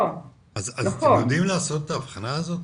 אתם יודעים לעשות את ההבחנה הזאת?